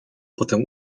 potem